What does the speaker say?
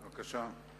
בבקשה.